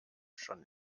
schon